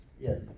Yes